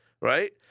Right